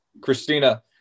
christina